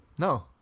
No